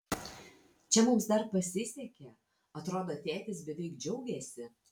čia mums dar pasisekė atrodo tėtis beveik džiaugėsi